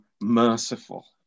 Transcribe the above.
merciful